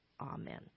Amen